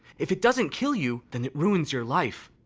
if it doesn't kill you, then it ruins your life.